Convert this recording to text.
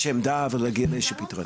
עמדה ולהגיע לאיזה שהוא פתרון כל שהוא.